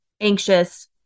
anxious